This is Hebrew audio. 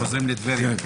חוזרים לטבריה.